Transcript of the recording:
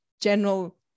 general